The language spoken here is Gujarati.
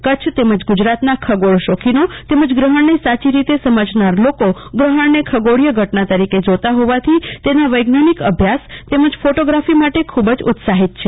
કચ્છ તેમજ ગુજરાતના ખગોળ શોખીનો તેમજ ગ્રફણને સાચી રીતે સમજનાર લોકો ગ્રફણને ખગોળીય ઘટના તરીકે જોતા ફોવાથી તેના વૈજ્ઞાનિક અભ્યાસ તેમજ ફોટોગ્રાફી માટે ખુબ જ ઉત્સાફી છે